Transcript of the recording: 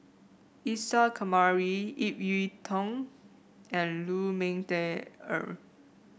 Isa Kamari Ip Yiu Tung and Lu Ming Teh Earl